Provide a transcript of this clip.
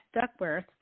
Duckworth